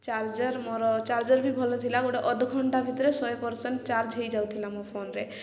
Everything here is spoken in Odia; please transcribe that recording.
ଚାର୍ଜର ମୋର ଚାର୍ଜର ବି ଭଲ ଥିଲା ଗୋଟେ ଅଧଘଣ୍ଟା ଭିତରେ ଶହେ ପରସେଣ୍ଟ ଚାର୍ଜ ହେଇଯାଉଥିଲା ମୋ ଫୋନ୍ରେ